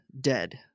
dead